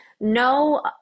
No